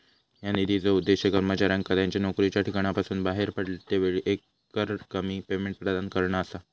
ह्या निधीचो उद्देश कर्मचाऱ्यांका त्यांच्या नोकरीच्या ठिकाणासून बाहेर पडतेवेळी एकरकमी पेमेंट प्रदान करणा असा